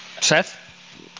Seth